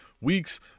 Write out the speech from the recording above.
weeks